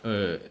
a